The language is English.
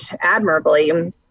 admirably